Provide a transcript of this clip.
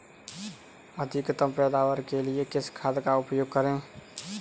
अधिकतम पैदावार के लिए किस खाद का उपयोग करें?